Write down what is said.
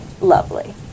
lovely